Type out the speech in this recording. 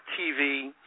TV